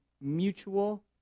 mutual